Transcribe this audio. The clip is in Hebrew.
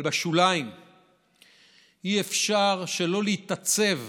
אבל בשוליים אי-אפשר שלא להתעצב